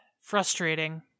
frustrating